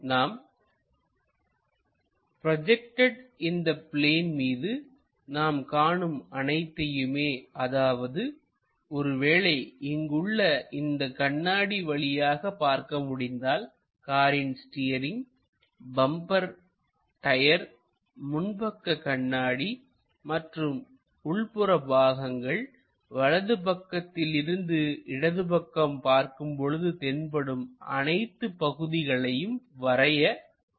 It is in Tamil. நாம் ப்ரோஜெக்ட் இந்தக் பிளேன் மீது நாம் காணும் அனைத்தையுமே அதாவது ஒரு வேளை இங்கு உள்ள இந்த கண்ணாடி வழியாக பார்க்க முடிந்தால் காரின் ஸ்டீரிங் பம்பர் டயர் முன்பக்க கண்ணாடி மற்றும் உள்புற பாகங்கள் வலது பக்கத்திலிருந்து இடது பக்கம் பார்க்கும் பொழுது தென்படும் அனைத்து பகுதிகளையும் வரைய வேண்டும்